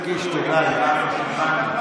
תודה לך.